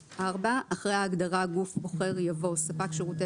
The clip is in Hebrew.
אחרי ההגדרה "גוף בוחר" יבוא: ""ספק שירותי